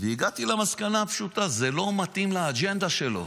והגעתי למסקנה הפשוטה: זה לא מתאים לאג'נדה שלו